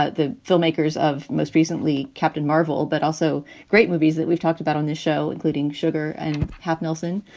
ah the filmmakers of most recently captain marvel, that also great movies that we've talked about on this show, including sugar and half nelson.